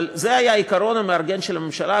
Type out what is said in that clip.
אבל זה היה העיקרון המארגן של הממשלה.